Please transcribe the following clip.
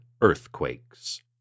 earthquakes